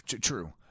True